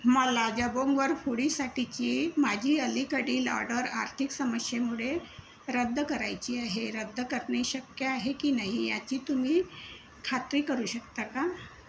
मला जबोंगवर हूडीसाठीची माझी अलीकडील ऑडर आर्थिक समस्येमुळे रद्द करायची आहे रद्द करणे शक्य आहे की नाही याची तुम्ही खात्री करू शकता का